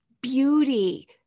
beauty